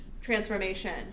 transformation